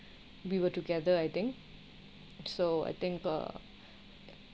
we were together I think so I think uh